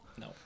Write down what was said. No